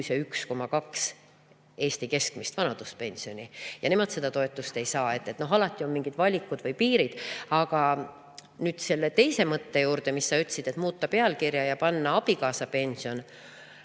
1,2 Eesti keskmist vanaduspensioni, seega nemad seda toetust ei saa. Nii et alati on mingid valikud või piirid. Aga nüüd selle teise mõtte juurde, mis sa ütlesid, et muuta nimetust ja panna "abikaasapension".